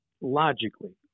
logically